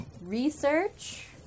research